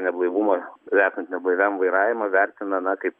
neblaivumą slepiant neblaiviam vairavimą vertina na kaip